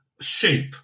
shape